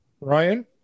ryan